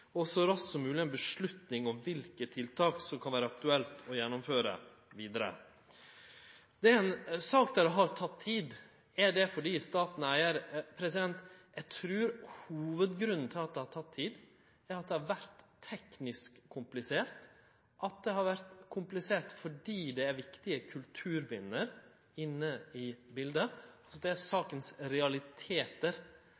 så raskt som mogleg kan verte teke ei avgjerd om kva for tiltak som kan vere aktuelle å gjennomføre vidare. Det er ei sak som har teke tid. Er det fordi staten er eigar? Eg trur hovudgrunnen til at det har teke tid, er at det har vore teknisk komplisert, at det har vore komplisert fordi det er viktige kulturminne inne i biletet – at det er